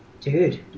dude